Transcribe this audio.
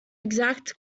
exact